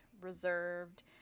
reserved